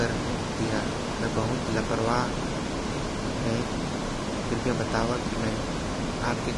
हो में बहुत लापरवाह हो तेकर ले। मोर से ऐ हर गलती